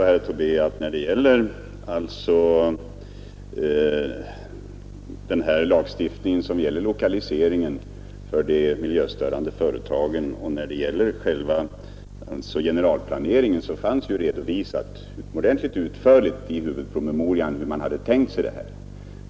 Herr talman! Vad beträffar den lagstiftning som gäller lokaliseringen av de miljöstörande företagen och generalplaneringen fanns det dock, herr Tobé, redovisat utomordentligt utförligt i huvudpromemorian hur man hade tänkt sig saken.